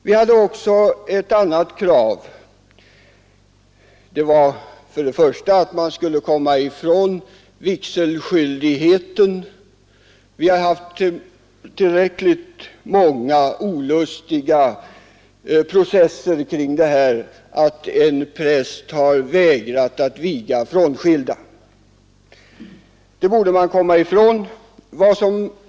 Vi hade också ett annat krav att man skulle komma ifrån vigselskyldigheten för svenska kyrkans präster. Vi har haft tillräckligt många olustiga processer kring problemet att en präst har vägrat att viga frånskilda. Det borde man försöka komma ifrån.